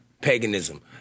paganism